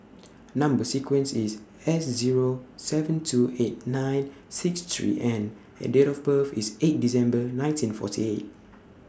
Number sequence IS S Zero seven two eight nine six three N and Date of birth IS eight December nineteen forty eight